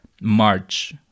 March